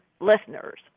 listeners